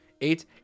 Eight